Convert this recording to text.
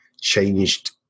changed